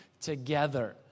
together